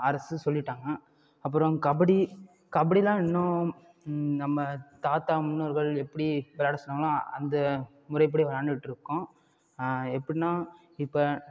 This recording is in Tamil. அரசு சொல்லிட்டாங்கள் அப்புறம் கபடி கபடிலாம் இன்னும் நம்ம தாத்தா முன்னோர்கள் எப்படி விளாட சொன்னாங்களோ அந்த முறைப்படி விளாண்ட்டுட்ருக்கோம் எப்பட்னா இப்போ